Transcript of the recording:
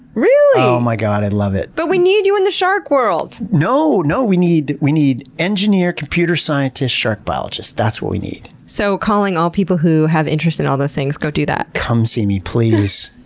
really? oh my god, i love it. but we need you in the shark world! no, no. we need we need engineer-computer scientist-shark biologists. that's what we need. so calling all people who have interests in all those things, go do that. come see me please.